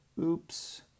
oops